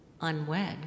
unwed